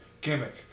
Gimmick